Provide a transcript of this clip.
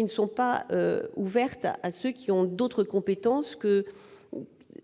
ne sont pas ouvertes à ceux qui ont d'autres compétences que